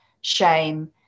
shame